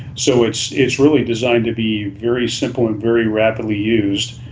so it's it's really designed to be very simple and very rapidly used.